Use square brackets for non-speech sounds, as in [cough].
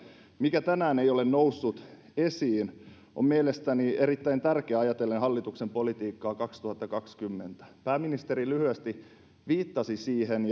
mikä tänään ei ole noussut esiin on mielestäni erittäin tärkeä ajatellen hallituksen politiikkaa kaksituhattakaksikymmentä pääministeri lyhyesti viittasi siihen [unintelligible]